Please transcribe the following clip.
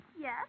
Yes